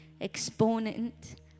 exponent